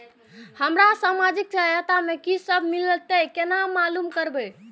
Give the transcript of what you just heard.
हमरा सामाजिक सहायता में की सब मिलते केना मालूम होते?